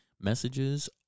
messages